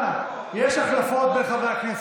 אנא, יש החלפות בין חברי הכנסת.